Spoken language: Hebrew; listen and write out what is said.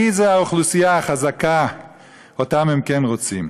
מי זו האוכלוסייה החזקה שאותה הם כן רוצים?